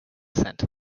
scent